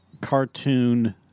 Cartoon